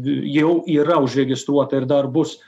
jau yra užregistruota ir dar bus